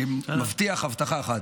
אני מבטיח הבטחה אחת.